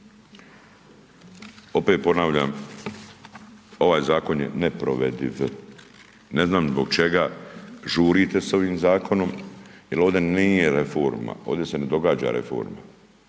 opet ponavljam, ovaj zakon je neprovediv, ne znam zbog čega žurite s ovim zakonom jer ovdje nije reforma, ovdje se ne događa reforma,